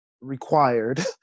required